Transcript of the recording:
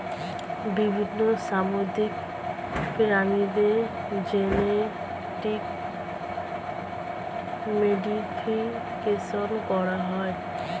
বিভিন্ন সামুদ্রিক প্রাণীদের জেনেটিক মডিফিকেশন করা হয়